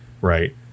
right